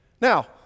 Now